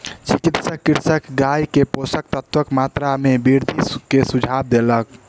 चिकित्सक कृषकक गाय के पोषक तत्वक मात्रा में वृद्धि के सुझाव देलक